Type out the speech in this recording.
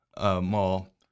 Mall